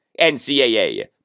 NCAA